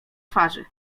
twarzy